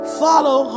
follow